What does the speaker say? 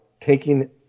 taking